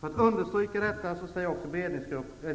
För att understryka detta